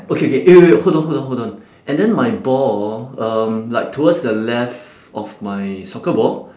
okay okay eh wait wait hold on hold on hold on and then my ball hor um like towards the left of my soccer ball